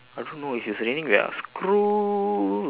I don't know if it's raining we are screwed